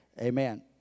Amen